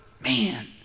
Man